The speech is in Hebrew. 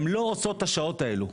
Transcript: הן לא עושות את השעות האלה.